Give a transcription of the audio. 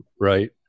Right